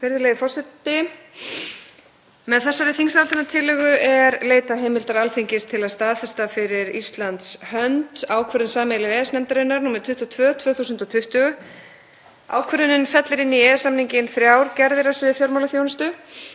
Virðulegi forseti. Með þessari þingsályktunartillögu er leitað heimildar Alþingis til að staðfesta fyrir Íslands hönd ákvörðun sameiginlegu EES-nefndarinnar nr. 22/2020. Ákvörðunin fellir inn í EES-samninginn þrjár gerðir á sviði fjármálaþjónustu.